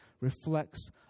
reflects